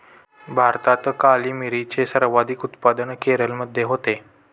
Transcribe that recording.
भारतात काळी मिरीचे सर्वाधिक उत्पादन केरळमध्ये होते